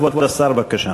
כבוד השר, בבקשה.